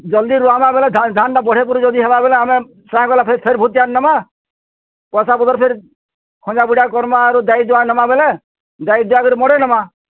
ଜଲ୍ଦି ରୁଆମା ବୋଲେ ଧାନ୍ଟା ବଢ଼େ ବୁଢ଼େ ହେବା ବୋଲେ ବହୁତ୍ କେୟାର୍ ନେମା ପଇସା ପତର୍ ଫିର୍ ଆରୁ ଦେଇ ଦେମା ବୋଲେ ଦେଇ ଦୁଆ କରି ମଡ଼େଇ ଦେମା